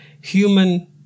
human